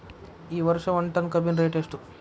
ಈ ವರ್ಷ ಒಂದ್ ಟನ್ ಕಬ್ಬಿನ ರೇಟ್ ಎಷ್ಟು?